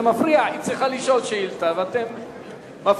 זה מפריע, היא צריכה לשאול שאילתא, ואתם מפריעים.